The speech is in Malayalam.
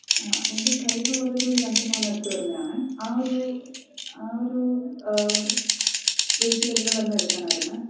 ആ എന്റെ കയ്യിലുള്ളതൊരു രണ്ടു പവന് അടുത്തു വരുന്നതാണേ ആ ഒരു ആ ഒരു വെയ്റ്റ് വരുന്നതുതന്നെ എടുക്കുവാനായിരുന്നേ